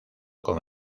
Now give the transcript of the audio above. con